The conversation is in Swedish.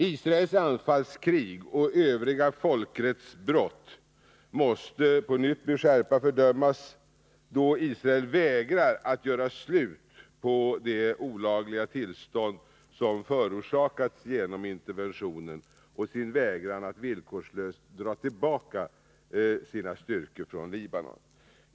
Israels anfallskrig och övriga folkrättsbrott måste på nytt med skärpa fördömas, då Israel vägrar att göra slut på det olagliga tillstånd som förorsakats genom interventionen och Israels vägran att villkorslöst dra tillbaka sina styrkor från Libanon.